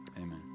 Amen